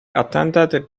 attended